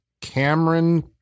Cameron